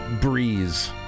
breeze